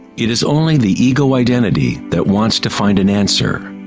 it is only the ego identity that wants to find an answer,